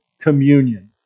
communion